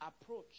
approach